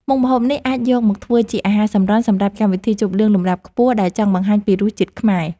មុខម្ហូបនេះអាចយកមកធ្វើជាអាហារសម្រន់សម្រាប់កម្មវិធីជប់លៀងលំដាប់ខ្ពស់ដែលចង់បង្ហាញពីរសជាតិខ្មែរ។